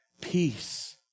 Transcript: peace